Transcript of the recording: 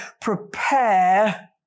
prepare